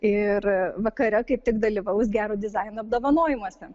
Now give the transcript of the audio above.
ir vakare kaip tik dalyvaus gero dizaino apdovanojimuose